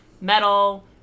metal